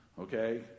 Okay